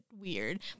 weird